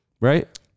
right